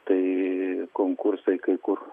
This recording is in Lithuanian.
tai konkursai kai kur